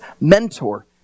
mentor